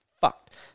fucked